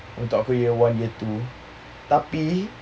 untuk aku year one year two tapi